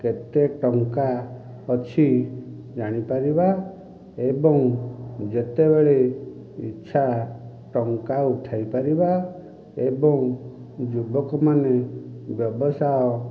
କେତେ ଟଙ୍କା ଅଛି ଜାଣିପାରିବା ଏବଂ ଯେତବେଳେ ଇଚ୍ଛା ଟଙ୍କା ଉଠାଇ ପାରିବା ଏବଂ ଯୁବକମାନେ ବ୍ୟବସାୟ